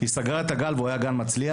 היא סגרה את הגן והוא היה גן מצליח,